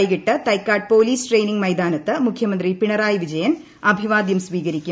വൈകിട്ട് Thycaud police training മൈതാനത്ത് മുഖ്യമന്ത്രി പിണറായി വിജയൻ അഭിവാദ്യം സ്വീകരിക്കും